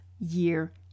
year